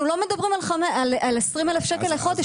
אנחנו לא מדברים על 20,000 לחודש.